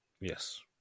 yes